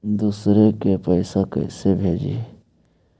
दुसरे के पैसा कैसे भेजी?